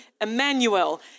Emmanuel